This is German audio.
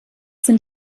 sind